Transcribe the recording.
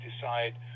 decide